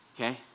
Okay